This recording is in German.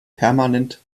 permanent